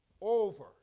Over